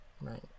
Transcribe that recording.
right